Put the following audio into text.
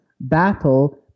battle